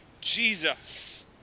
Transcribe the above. Jesus